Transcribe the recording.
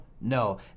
no